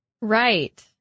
Right